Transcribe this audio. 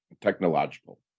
technological